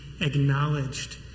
acknowledged